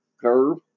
curve